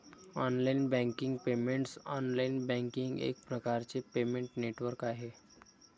online banking payments online banking एक प्रकारचे payment network आहे